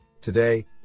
Today